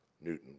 Newton